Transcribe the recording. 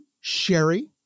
sherry